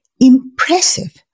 impressive